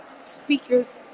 Speakers